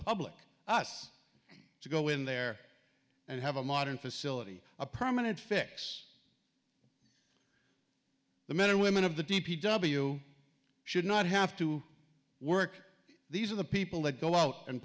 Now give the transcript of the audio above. public us to go in there and have a modern facility a permanent fix the men and women of the d p w should not have to work these are the people that go out and